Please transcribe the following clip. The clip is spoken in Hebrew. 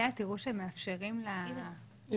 אני מבקשת למעשה להזכיר כאן משהו